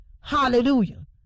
Hallelujah